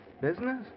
Business